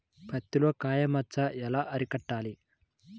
పత్తిలో కాయ మచ్చ ఎలా అరికట్టాలి?